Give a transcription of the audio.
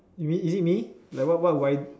you mean is it me like wh~ what would I